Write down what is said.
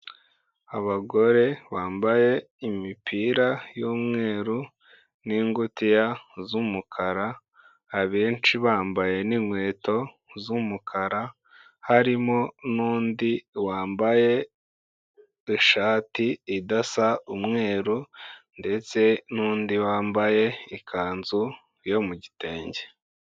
Abagore bambaye imipira y'umweru n'ingutiya z'umukara, abenshi bambaye n'inkweto z'umukara, harimo n'undi wambaye ishati idasa umweru ndetse n'undi wambaye ikanzu yo mu gitenge.